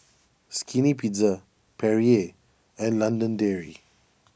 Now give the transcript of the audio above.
Skinny Pizza Perrier and London Dairy